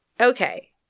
Okay